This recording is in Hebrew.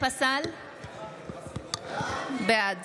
בעד